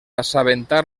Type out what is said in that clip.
assabentar